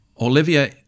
Olivia